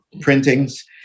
printings